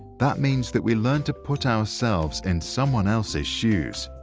that means that we learn to put ourselves in someone else's shoes.